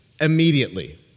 immediately